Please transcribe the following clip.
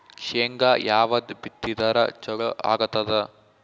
ಶೇಂಗಾ ಯಾವದ್ ಬಿತ್ತಿದರ ಚಲೋ ಆಗತದ?